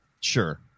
Sure